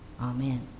Amen